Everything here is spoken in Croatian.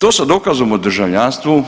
To sa dokazom o državljanstvu